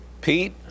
Pete